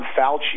Fauci